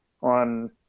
on